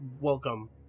welcome